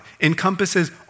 encompasses